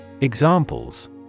Examples